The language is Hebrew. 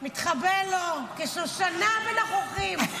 מתחבא לו, כשושנה בין החוחים.